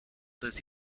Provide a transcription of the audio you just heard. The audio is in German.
des